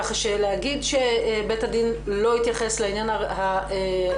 ככה שלהגיד שבית הדין לא התייחס לעניין הראייתי,